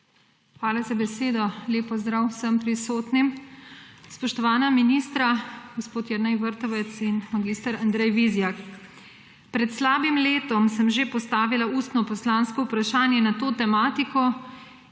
Hvala za besedo. Lep pozdrav vsem prisotnim! Spoštovana ministra gospod Jernej Vrtovec in mag. Andrej Vizjak! Pred slabim letom sem že postavila ustno poslansko vprašanje na to tematiko